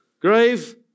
grave